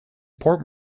port